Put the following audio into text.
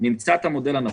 וכך נמצא את המודל הנכון.